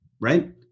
right